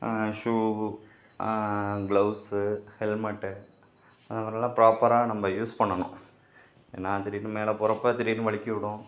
ஷூவு gloves helmet அதலாம் ப்ராப்பராக நம்ம யூஸ் பண்ணணும் ஏன்னா திடீர்னு மேலே போகிறப்ப திடீர்னு வழிக்கி விடும்